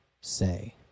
say